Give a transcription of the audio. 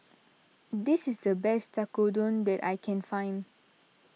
this is the best Tekkadon that I can find